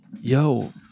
Yo